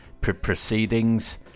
proceedings